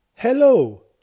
Hello